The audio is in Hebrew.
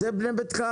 למה לתת לקבלן?